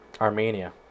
Armenia